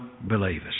believers